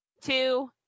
two